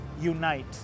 unite